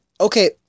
Okay